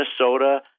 Minnesota